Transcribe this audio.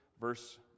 verse